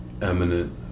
eminent